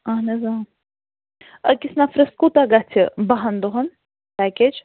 اَہَن حظ أکِس نفرَس کوٗتاہ گَژھِ باہَن دۄہَن پیکیج